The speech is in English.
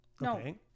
No